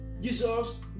Jesus